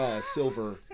Silver